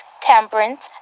temperance